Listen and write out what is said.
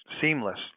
seamless